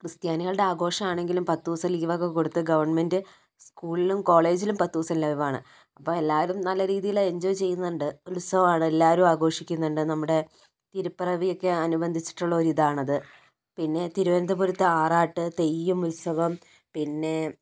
ക്രിസ്ത്യാനികളുടെ ആഘോഷമാണെങ്കിലും പത്ത് ദിവസം ലീവൊക്കെ കൊടുത്ത് ഗവണ്മെന്റ് സ്കൂളിലും കോളേജിലും പത്തു ദിവസം ലീവാണ് അപ്പോൾ എല്ലാവരും നല്ലരീതിയിൽ എൻജോയ് ചെയ്യുന്നുണ്ട് ഉത്സവമാണ് എല്ലാവരും ആഘോഷിക്കുന്നുണ്ട് നമ്മുടെ തിരുപിറവിയൊക്കെ അനുബന്ധിച്ചിട്ടുള്ള ഒരിതാണ് അത് പിന്നെ തിരുവനന്തപുരത്തെ ആറാട്ട് തെയ്യം ഉത്സവം പിന്നെ